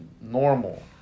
normal